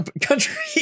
country